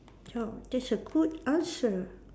ya that's a good answer